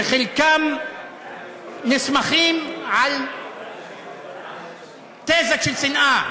וחלקם נסמכים על תזה של שנאה